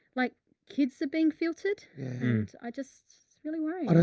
like kids are being filtered and i'm just really worried.